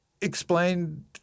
explained